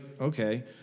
okay